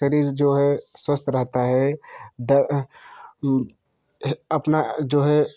शरीर जो है स्वस्थ रहता है अपना जो है